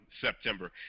September